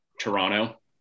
toronto